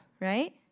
right